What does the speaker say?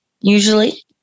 usually